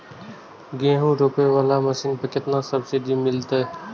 गेहूं रोपाई वाला मशीन पर केतना सब्सिडी मिलते?